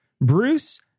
Bruce